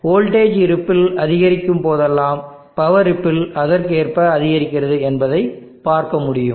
எனவே voltage ripple அதிகரிக்கும் போதெல்லாம் பவர் ரிப்பிள் அதற்கேற்ப அதிகரிக்கிறது என்பதை பார்க்க முடியும்